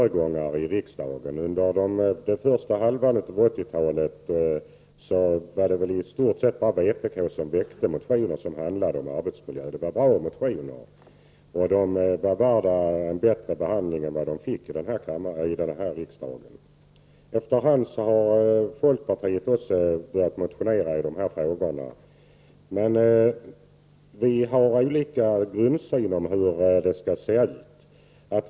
Under första halvan av 1980-talet var det bara vpk som väckte motioner om arbetsmiljö — bra motioner, värda en bättre behandling än de fick i denna kammare. Efter hand har folkpartiet också börjat motionera i dessa frågor. Men vi har olika grundsyn på hur det skall se ut.